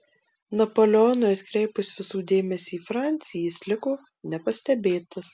napoleonui atkreipus visų dėmesį į francį jis liko nepastebėtas